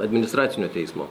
administracinio teismo